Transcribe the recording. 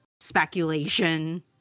speculation